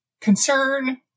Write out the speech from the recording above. concern